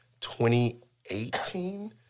2018